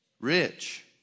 Rich